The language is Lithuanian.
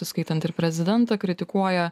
įskaitant ir prezidentą kritikuoja